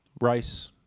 Rice